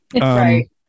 Right